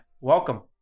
welcome